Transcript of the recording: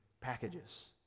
Packages